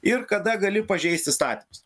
ir kada gali pažeist įstatymus